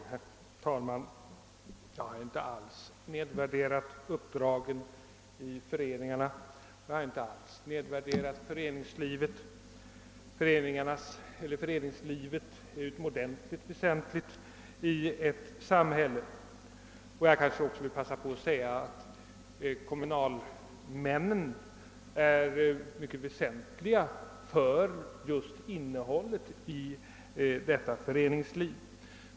Herr talman! Jag har inte alls nedvärderat uppdragen i föreningarna eller föreningslivet. Föreningslivet är utomordentligt väsentligt i ett samhälle. Men kommunalmännens insatser är också mycket väsentliga just för innehållet i detta föreningsliv.